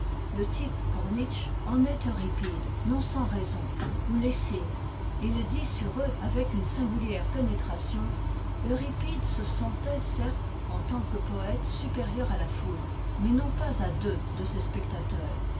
le type pour nietzsche en est euripide non sans raison ou lessing et il dit sur eux avec une singulière pénétration euripide se sentait certes en tant que poète supérieur à la foule mais non pas à deux de ses spectateurs